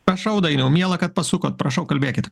prašau dainiau miela kad pasukote prašau kalbėkit